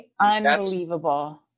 unbelievable